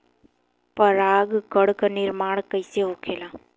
पराग कण क निर्माण कइसे होखेला?